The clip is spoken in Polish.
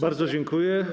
Bardzo dziękuję.